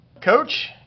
coach